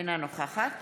אינה נוכחת